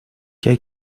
qué